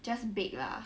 just bake lah